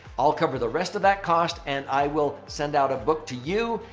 i'll cover the rest of that cost and i will send out a book to you.